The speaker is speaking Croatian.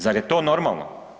Zar je to normalno?